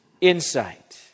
insight